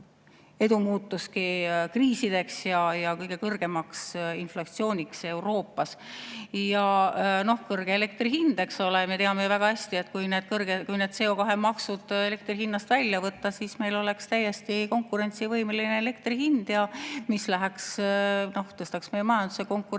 edu muutuski kriisideks ja kõige kõrgemaks inflatsiooniks Euroopas. Ja noh, kõrge elektri hind, eks ole – me teame väga hästi, et kui need CO2-maksud elektri hinnast välja [arvata], siis meil oleks täiesti konkurentsivõimeline elektri hind, mis tõstaks meie majanduse konkurentsivõimet